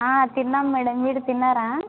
తిన్నాం మేడం మీరు తిన్నారా